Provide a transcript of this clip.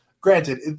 Granted